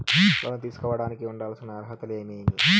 లోను తీసుకోడానికి ఉండాల్సిన అర్హతలు ఏమేమి?